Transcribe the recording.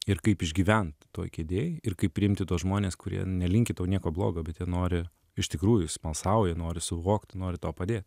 ir kaip išgyvent toj kėdėj ir kaip priimti tuos žmones kurie nelinki tau nieko blogo bet jie nori iš tikrųjų smalsauja nori suvokt nori tau padėt